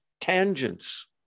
tangents